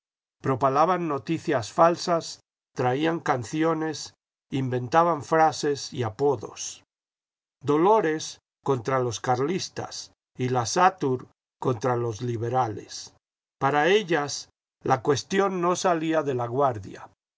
propalaban noticias falsas traían canciones inventaban frases y apodos dolores contra los carlistas y la satur contra los liberales para ellas la cuestión no salía de laguardia